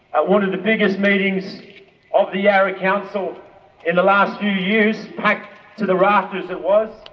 ah one of the biggest meetings of the yarra council in the last few years, packed to the rafters it was.